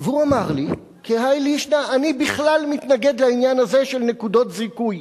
הוא אמר לי כהאי לישנא: אני בכלל מתנגד לעניין הזה של נקודות זיכוי.